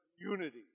Unity